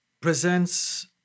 presents